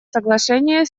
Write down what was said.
соглашения